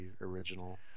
original